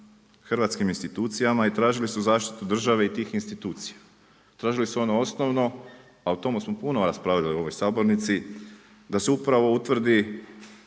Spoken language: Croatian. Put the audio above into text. hrvatskim institucijama i tražili su zaštitu države i tih institucija. Tražili su ono osnovno a o tome smo puno raspravljali u ovoj sabornici da se upravo utvrdi